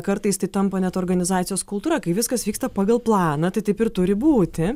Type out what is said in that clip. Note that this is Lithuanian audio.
kartais tai tampa net organizacijos kultūra kai viskas vyksta pagal planą tai taip ir turi būti